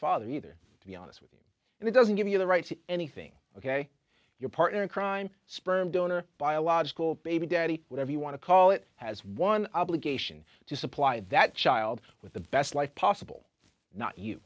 father either to be honest with you and it doesn't give you the right to anything ok your partner in crime sperm donor biological baby daddy whatever you want to call it has one obligation to supply that child with the best life possible not